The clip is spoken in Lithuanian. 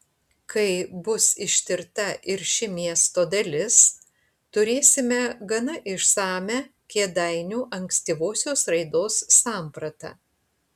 kai bus ištirta ir ši miesto dalis turėsime gana išsamią kėdainių ankstyvosios raidos sampratą